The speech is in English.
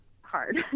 hard